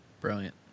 Brilliant